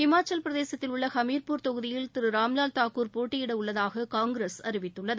இமாச்சலப்பிரதேசத்தில் உள்ள ஹமீர்பூர் தொகுதியில் திரு ராம்லால் தாக்கூர் போட்டியிட உள்ளதாக காங்கிரஸ் அறிவித்துள்ளது